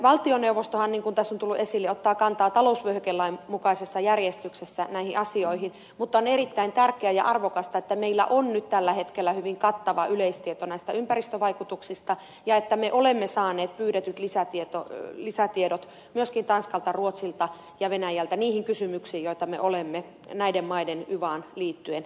valtioneuvostohan niin kuin tässä on tullut esille ottaa kantaa talousvyöhykelain mukaisessa järjestyksessä näihin asioihin mutta on erittäin tärkeää ja arvokasta että meillä on nyt tällä hetkellä hyvin kattava yleistieto näistä ympäristövaikutuksista ja että me olemme saaneet pyydetyt lisätiedot myöskin tanskalta ruotsilta ja venäjältä niihin kysymyksiin joita me olemme näiden maiden yvaan liittyen esittäneet